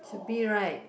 should be right